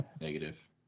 Negative